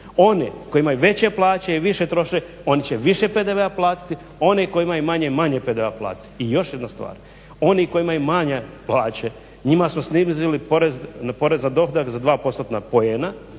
One koji imaju veće plaće i više troše oni će više PDV-a platiti, one koji imaju manje, manje PDV-a plate. I još jedna stvar. Oni koji imaju manje plaće njima smo snizili porez na dohodak za dva postotna poena.